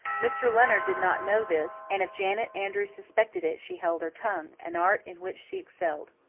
mr. leonard did not know this, and if janet andrews suspected it she held her tongue an art in which she excelled.